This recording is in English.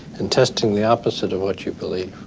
and testing the opposite of what you believe.